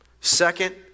Second